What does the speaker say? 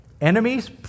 Enemies